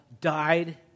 died